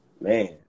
Man